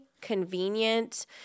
convenient